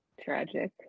Tragic